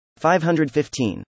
515